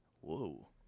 Whoa